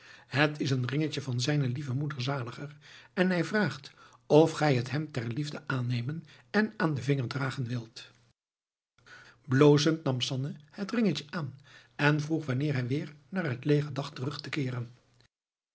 het is een ringetje van zijne lieve moeder zaliger en hij vraagt of gij het hem ter liefde aannemen en aan den vinger dragen wilt blozend nam sanne het ringetje aan en vroeg wanneer hij weer naar het leger dacht terug te keeren